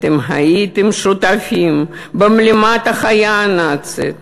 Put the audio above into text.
אתם הייתם שותפים בבלימת החיה הנאצית,